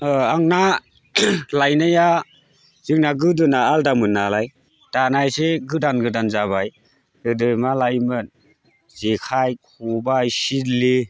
आं ना लायनाया जोंना गोदोना आलदामोन नालाय दाना एसे गोदान गोदान जाबाय गोदो मा लायोमोन जेखाय खबाय सिदलि